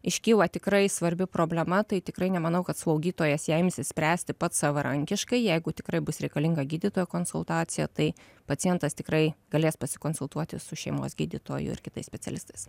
iškyla tikrai svarbi problema tai tikrai nemanau kad slaugytojas ją imsis spręsti pats savarankiškai jeigu tikrai bus reikalinga gydytojo konsultacija tai pacientas tikrai galės pasikonsultuoti su šeimos gydytoju ir kitais specialistais